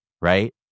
right